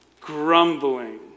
Grumbling